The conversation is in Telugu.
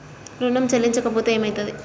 ఋణం చెల్లించకపోతే ఏమయితది?